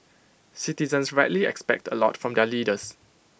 citizens rightly expect A lot from their leaders